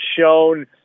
shown